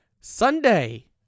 Sunday